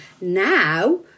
Now